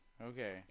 Okay